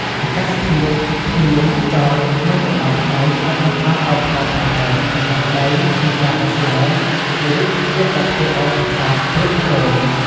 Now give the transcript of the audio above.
អាកាសធាតុ ភ្លៀង ខ្យល់ និងកម្ដៅថ្ងៃអាចបណ្ដាលឱ្យថ្មប្រេះបែក សំណឹកដី និងការដុះស្លែ ឬរុក្ខជាតិដែលធ្វើឱ្យប្រាសាទទ្រុឌទ្រោម។